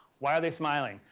why are they smiling?